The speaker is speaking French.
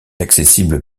accessible